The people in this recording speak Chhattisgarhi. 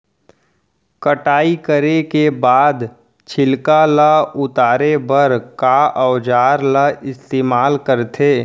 कटाई करे के बाद छिलका ल उतारे बर का औजार ल इस्तेमाल करथे?